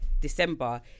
December